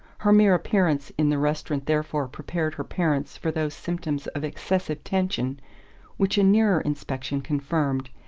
her mere appearance in the restaurant therefore prepared her parents for those symptoms of excessive tension which a nearer inspection confirmed,